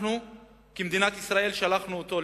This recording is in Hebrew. אנחנו כמדינת ישראל שלחנו אותו לשם.